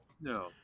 No